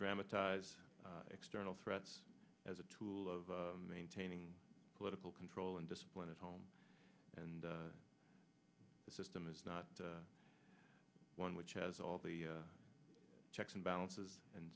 dramatize external threats as a tool of maintaining political control and discipline at home and the system is not one which has all the checks and balances and